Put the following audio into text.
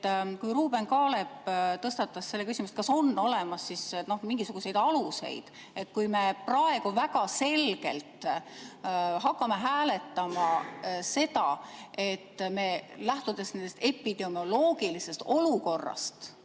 Ruuben Kaalep tõstatas selle küsimuse, et kas on olemas mingisuguseid aluseid. Kui me praegu väga selgelt hakkame hääletama seda, et me lähtudes epidemioloogilisest olukorrast